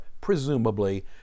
presumably